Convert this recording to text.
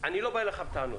אני לא בא אליך בטענות,